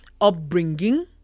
Upbringing